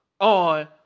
on